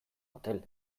motel